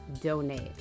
donate